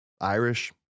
Irish